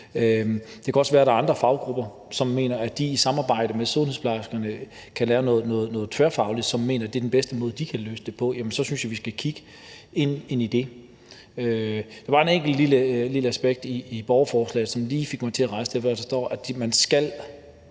Det kan også være, at der er andre faggrupper, som mener, at de i samarbejde med sundhedsplejerskerne kan lave noget tværfagligt, som de mener er den bedste måde, de kan løse det på, og så synes, vi skal kigge ind i det. Der var et enkelt lille aspekt i borgerforslaget, som lige fik mig til at rejse et spørgsmål, og det er